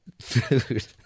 food